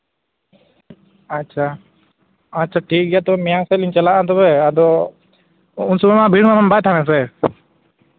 ᱟᱪᱪᱷᱟ ᱟᱪᱪᱷᱟ ᱴᱷᱤᱠ ᱜᱮᱭᱟ ᱛᱚᱵᱮ ᱢᱮᱭᱟᱝ ᱥᱮᱫ ᱞᱤᱧ ᱪᱟᱞᱟᱜᱼᱟ ᱛᱚᱵᱮ ᱟᱫᱚ ᱩᱱ ᱥᱚᱢᱚᱭ ᱵᱷᱤᱲ ᱢᱟ ᱵᱟᱭ ᱛᱟᱦᱮᱱᱟ ᱥᱮ